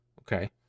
Okay